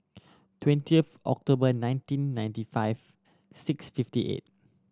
twenty of October nineteen ninety five six fifty eight